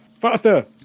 Faster